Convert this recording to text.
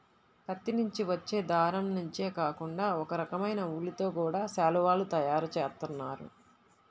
పత్తి నుంచి వచ్చే దారం నుంచే కాకుండా ఒకరకమైన ఊలుతో గూడా శాలువాలు తయారు జేత్తన్నారు